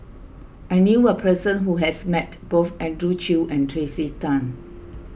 I knew a person who has met both Andrew Chew and Tracey Tan